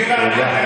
תודה.